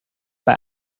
bei